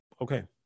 okay